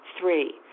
Three